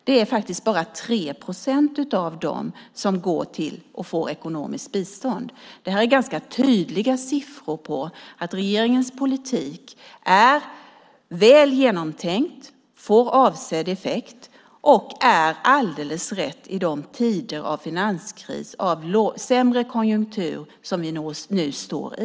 Det är bara 3 procent av dem som får ekonomiskt bistånd. Det är ganska tydliga siffror på att regeringens politik är väl genomtänkt, får avsedd effekt och är alldeles rätt i de tider av finanskris och sämre konjunktur som vi nu är i.